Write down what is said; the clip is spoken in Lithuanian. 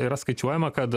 yra skaičiuojama kad